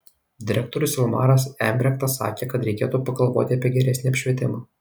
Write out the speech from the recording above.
direktorius ilmaras embrektas sakė kad reikėtų pagalvoti apie geresnį apšvietimą